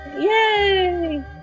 yay